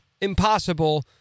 impossible